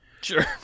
Sure